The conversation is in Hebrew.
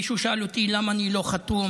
מישהו שאל אותי למה אני לא חתום,